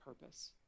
purpose